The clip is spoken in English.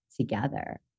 together